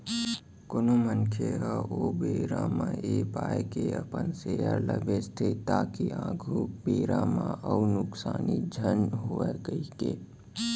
कोनो मनखे ह ओ बेरा म ऐ पाय के अपन सेयर ल बेंचथे ताकि आघु बेरा म अउ नुकसानी झन होवय कहिके